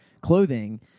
clothing